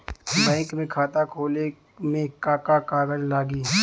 Bank में खाता खोले मे का का कागज लागी?